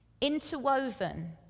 Interwoven